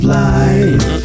life